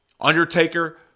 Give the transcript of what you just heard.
Undertaker